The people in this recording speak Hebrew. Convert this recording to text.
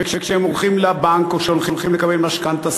וכשהם הולכים לבנק או שהולכים לקבל משכנתה,